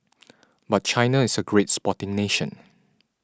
but China is a great sporting nation